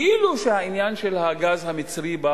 כאילו שהעניין של הגז המצרי בא